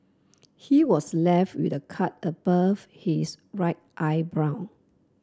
he was left with a cut above his right eyebrow